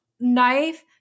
knife